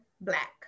black